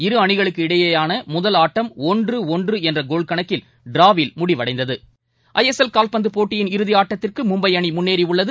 இரு அணிகளுக்கு இடையேயான முதல் ஆட்டம் ஒன்று ஒன்று என்ற கோல் கணக்கில் டிராவில் முடிவடைந்தது ஐ எஸ் எல் கால்பந்து போட்டியின் இறுதி ஆட்டத்திற்கு மும்பை அணி முன்னேறியுள்ளது